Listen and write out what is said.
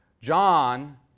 John